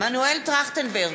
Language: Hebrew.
מנואל טרכטנברג,